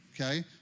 okay